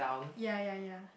ya ya ya